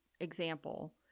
example